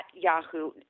Yahoo